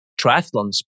triathlons